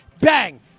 bang